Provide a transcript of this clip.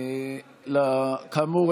כאמור,